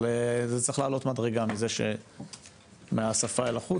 אבל זה צריך לעלות מדרגה מהשפה אל החוץ,